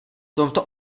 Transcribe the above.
tomto